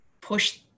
push